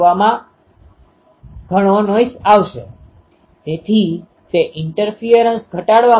તેથી ચાલો આપણે કહીએ કે આ ઉત્તેજના ખરેખર એક જટિલ ઉત્તેજના છે હું તેને Ci કહીશ અથવા હું તેને કંપનવિસ્તાર Ci અને ફેઝ i કહીશ